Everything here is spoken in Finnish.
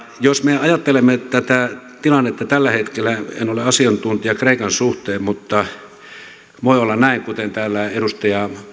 jos me ajattelemme tätä tilannetta tällä hetkellä en ole asiantuntija kreikan suhteen mutta voi olla näin kuten täällä edustaja